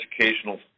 educational